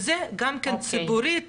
גם ציבורית